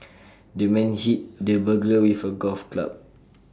the man hit the burglar with A golf club